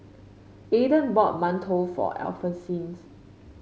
Ayden bought mantou for Alphonsines